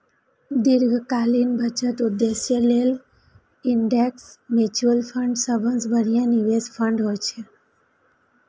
दीर्घकालीन बचत उद्देश्य लेल इंडेक्स म्यूचुअल फंड सबसं बढ़िया निवेश फंड होइ छै